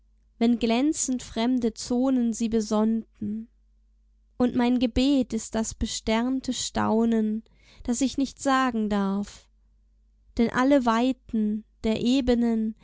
wenn glänzend fremde zonen sie besonnten und mein gebet ist das besternte staunen das ich nicht sagen darf denn alle weiten der ebenen